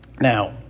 Now